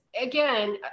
again